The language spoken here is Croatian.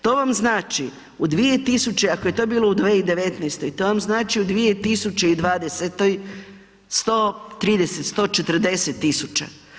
To vam znači, u 2000, ako je to bilo 2019. to vam znači u 2020. 130, 140.000.